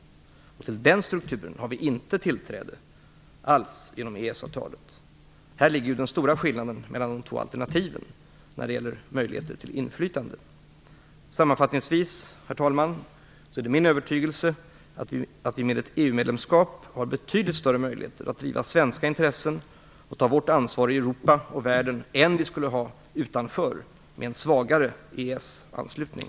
Till denna struktur har vi inte tillträde alls genom EES avtalet. Häri ligger den stora skillnaden mellan de två alternativen vad avser möjligheter till inflytande. Herr talman! Sammanfattningsvis är det min övertygelse att vi med ett EU-medlemskap har betydligt större möjligheter att driva svenska intressen och ta vårt ansvar i Europa och världen än vi skulle ha utanför, med en svagare EES-anslutning.